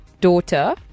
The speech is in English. daughter